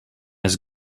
his